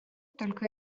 только